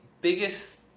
biggest